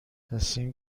صمیم